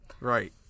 Right